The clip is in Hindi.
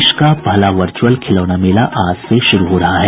देश का पहला वर्च्अल खिलौना मेला आज से शुरू हो रहा है